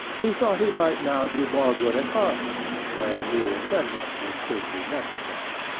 he thought he might now do more good at havre, where new intrenchments would soon be necessary.